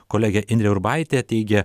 kolegė indrė urbaitė teigė